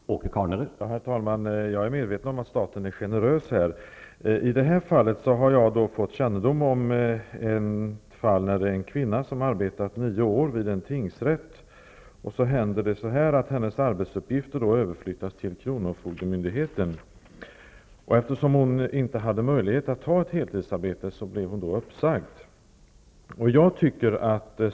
Herr talman! Jag är medveten om att staten är generös i det här fallet. Jag har emellertid fått kännedom om ett fall där en kvinna arbetat nio år vid en tingsrätt. Hennes arbetsuppgifter överflyttades dock till kronofogdemyndigheten. Eftersom hon inte hade möjlighet att arbeta heltid, blev hon uppsagd.